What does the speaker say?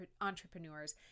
entrepreneurs